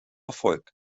erfolg